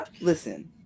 listen